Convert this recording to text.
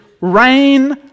rain